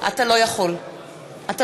להצביע גם אם אני רוצה לשנות את ההצבעה.